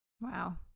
Wow